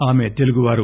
ఆమె తెలుగువారు